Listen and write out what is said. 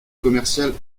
commercial